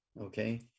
Okay